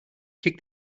kick